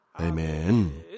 Amen